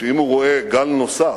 שאם הוא רואה גל נוסף,